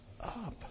up